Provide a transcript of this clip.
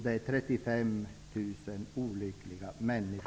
Det är 35 000 olyckliga människor.